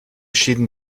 schieden